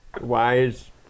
Wise